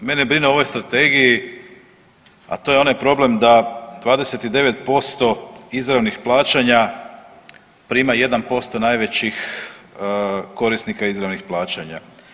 Ono što mene brine u ovoj strategiji, a to je onaj problem da 29% izravnih plaćanja prima 1% najvećih korisnika izravnih plaćanja.